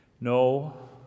No